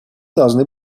должны